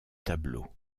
tableaux